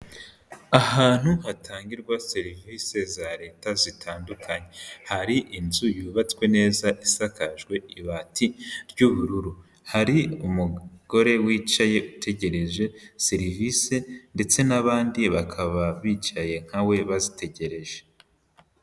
Ahantu hatangirwa serivisi za leta zitandukanye, hari inzu yubatswe neza isakajwe ibati ry'ubururu, hari umugore wicaye utegereje serivisi ndetse n'abandi bakaba bicaye nka we bazitegereje.